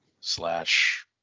slash